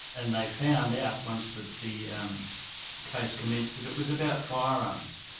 and they found out once the the um case commenced that it was about firearms.